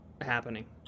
happening